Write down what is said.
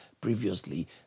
previously